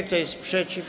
Kto jest przeciw?